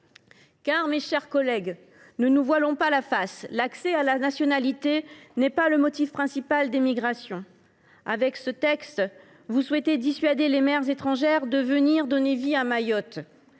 Mes chers collègues, ne nous voilons pas la face : l’accès à la nationalité n’est pas le motif principal des migrations. Par ce texte, vous souhaitez dissuader les mères étrangères de venir donner vie à Mayotte.